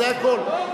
זה הכול.